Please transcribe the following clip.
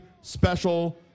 special